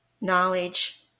knowledge